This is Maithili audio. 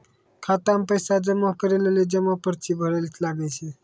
खाता मे पैसा जमा करै लेली जमा पर्ची भरैल लागै छै